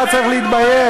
אתה צריך להתבייש.